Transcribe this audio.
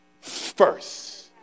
first